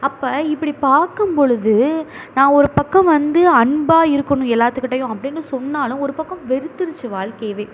அப்போ இப்படி பார்க்கும் பொழுது நான் ஒரு பக்கம் வந்து அன்பாக இருக்கணும் எல்லோத்துக்கிட்டயும் அப்படின்னு சொன்னாலும் ஒரு பக்கம் வெறுத்துடுச்சு வாழ்க்கையவே